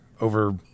over